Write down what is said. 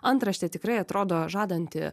antraštė tikrai atrodo žadanti